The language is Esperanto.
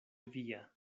via